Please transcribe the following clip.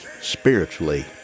spiritually